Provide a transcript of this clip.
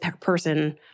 person